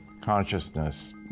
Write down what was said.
consciousness